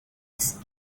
ice